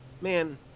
man